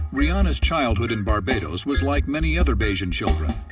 rihanna's childhood in barbados was like many other bajan children.